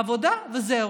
עבודה וזהו,